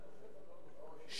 כתוב נחת.